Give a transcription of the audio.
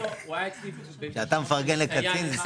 הוא היה אצלי --- קצין וג'נטלמן.